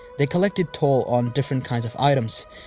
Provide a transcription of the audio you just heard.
they collected toll on different kinds of items,